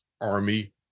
Army